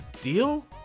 Deal